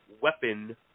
weapon